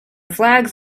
flags